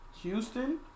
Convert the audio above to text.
Houston